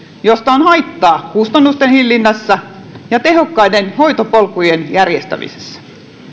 josta on haittaa kustannusten hillinnässä ja tehokkaiden hoitopolkujen järjestämisessä